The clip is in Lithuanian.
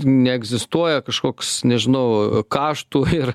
neegzistuoja kažkoks nežinau kaštų ir